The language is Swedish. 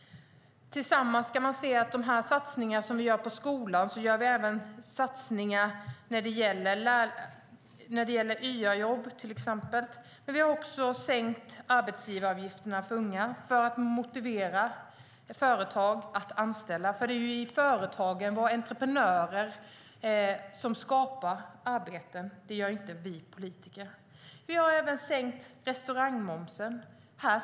Tillsammans med de satsningar som vi gör på skolan gör vi även satsningar när det gäller till exempel YA-jobb. Vi har också sänkt arbetsgivaravgiften för unga för att motivera företag att anställa. Det är nämligen företagen och våra entreprenörer som skapar arbeten, inte vi politiker. Vi har även sänkt restaurangmomsen.